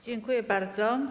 Dziękuję bardzo.